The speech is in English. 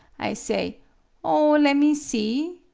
i say oh, lemme see.